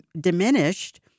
diminished